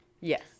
Yes